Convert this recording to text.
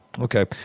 Okay